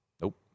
Nope